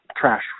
trash